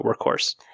workhorse